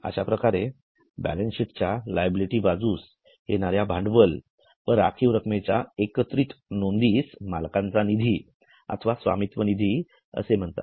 अश्याप्रकारे बॅलन्सशीट च्या'लायबिलिटी बाजूस येणाऱ्या भांडवल व राखीव रकमेच्या एकत्रित नोंदीस मालकांचा निधी अथवा स्वामित्व निधी असे म्हणतात